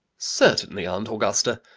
certainly, aunt augusta.